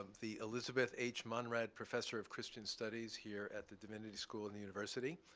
um the elizabeth h. monrad professor of christian studies here at the divinity school in the university.